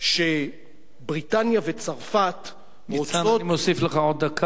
שבריטניה וצרפת רוצות, אני מוסיף לך עוד דקה.